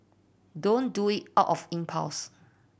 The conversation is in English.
don't do it out of impulse